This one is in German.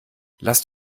lasst